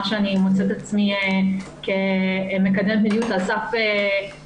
שאני מוצאת את עצמי כמקדמת מדיניות על סף בכי.